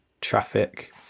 traffic